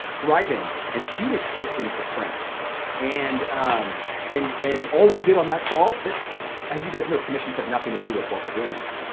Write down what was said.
thriving, and she was shifting to prints and um and and all we did on that call, as you guys know, commissions have nothing to do with what we're doing here.